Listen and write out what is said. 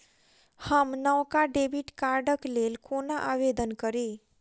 हम नवका डेबिट कार्डक लेल कोना आवेदन करी?